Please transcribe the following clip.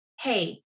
Hey